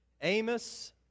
Amos